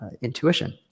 intuition